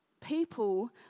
people